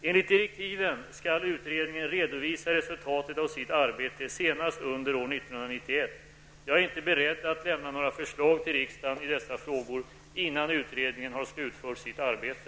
Enligt direktiven skall utredningen redovisa resultatet av sitt arbete senast under år 1991. Jag är inte beredd att lämna några förslag till riksdagen i dessa frågor innan utredningen har slutfört sitt arbete.